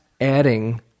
adding